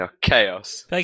Chaos